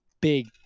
big